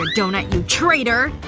donut. you traitor.